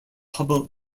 hubble